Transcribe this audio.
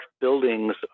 buildings